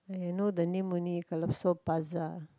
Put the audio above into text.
!aiya! know the name only Calypso-Plaza